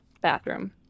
bathroom